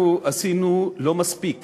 אנחנו עשינו לא מספיק